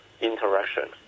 Interaction